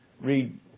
read